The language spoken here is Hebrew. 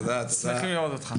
שמחים לראות אותך,